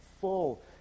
full